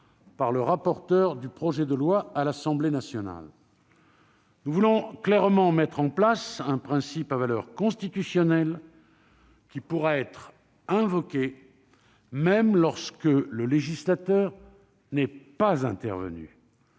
par le rapporteur du projet de loi à l'Assemblée nationale. Nous voulons clairement mettre en place un principe à valeur constitutionnelle qui pourra être invoqué même lorsque le législateur n'est pas intervenu.